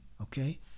okay